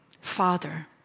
Father